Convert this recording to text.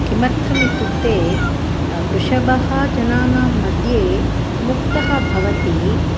किमर्थम् इत्युक्ते वृषभः जनानां मघ्ये मुक्तः भवति